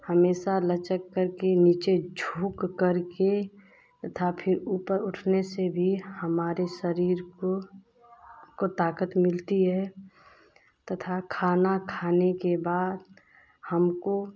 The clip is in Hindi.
हमेशा लचक करके नीचे झुक करके तथा फिर ऊपर उठने से भी हमारे शरीर को को ताक़त मिलती है तथा खाना खाने के बाद हमको